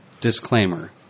disclaimer